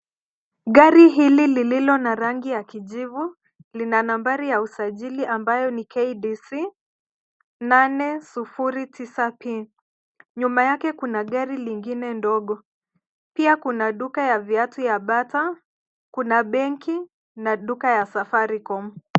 Gari hili lililo na rangi ya kijivu, lina nambari ya usajili ambayo ni KDC 809P. Nyuma yake kuna gari lingine ndogo. Pia kuna duka ya viatu ya Bata, kuna banki na duka ya Safaricom.